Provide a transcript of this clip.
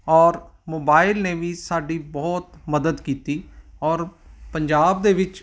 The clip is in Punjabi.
ਔਰ ਮੋਬਾਈਲ ਨੇ ਵੀ ਸਾਡੀ ਬਹੁਤ ਮਦਦ ਕੀਤੀ ਔਰ ਪੰਜਾਬ ਦੇ ਵਿੱਚ